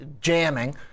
jamming